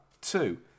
two